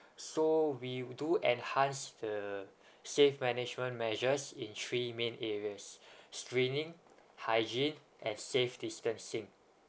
so we do enhance the safe management measures in three main areas screening hygiene and safe distancing